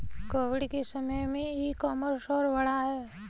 Covid के समय में ई कॉमर्स और बढ़ा है